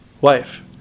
wife